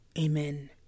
amen